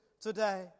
today